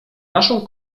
naszą